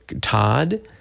Todd